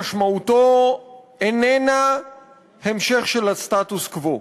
משמעותו איננה המשך של הסטטוס-קוו.